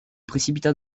précipita